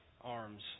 arms